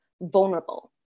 vulnerable